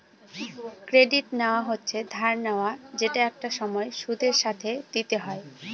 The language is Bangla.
ক্রেডিট নেওয়া হচ্ছে ধার নেওয়া যেটা একটা সময় সুদের সাথে দিতে হয়